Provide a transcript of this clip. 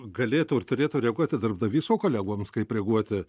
galėtų ir turėtų reaguoti darbdavys o kolegoms kaip reaguoti